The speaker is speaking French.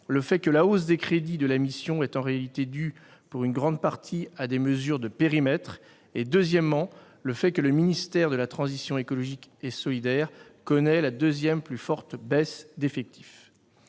le fait que la hausse des crédits de la mission soit en réalité due pour une grande partie à des mesures de périmètre ; deuxièmement, le fait que le ministère de la transition écologique et solidaire connaisse la deuxième plus forte baisse d'effectifs.